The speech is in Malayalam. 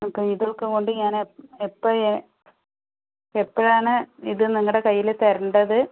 അപ്പം ഇതൊക്കെ കൊണ്ട് ഞാന് എപ്പഴാ എപ്പഴാണ് ഇത് നിങ്ങളുടെ കയ്യില് തരേണ്ടത്